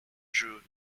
drew